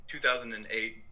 2008